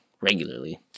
regularly